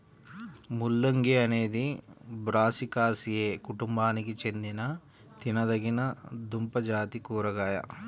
ముల్లంగి అనేది బ్రాసికాసియే కుటుంబానికి చెందిన తినదగిన దుంపజాతి కూరగాయ